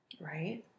Right